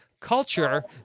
Culture